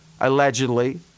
allegedly